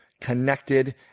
connected